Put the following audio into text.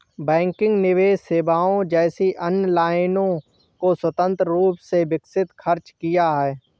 banking निवेश सेवाओं जैसी अन्य लाइनों को स्वतंत्र रूप से विकसित खर्च किया है